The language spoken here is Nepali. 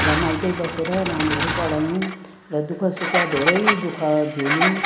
र माइतै बसेर नानीहरू पढायौँ र दुखः सुख धेरै दुखः झेल्यौँ